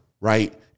right